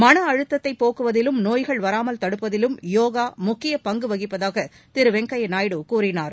மன அழுத்ததை போக்குவதிலும் நோய்கள் வராமல் தடுப்பதிலும் யோகா முக்கிய பங்கு வகிப்பதாக திரு வெங்கய்யா நாயுடு கூறினார்